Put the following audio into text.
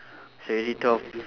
it's already twelve